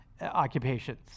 occupations